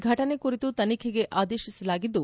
ಫಟನೆ ಕುರಿತು ತನಿಖೆಗೆ ಆದೇಶಿಸಲಾಗಿದ್ದು